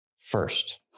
first